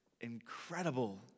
incredible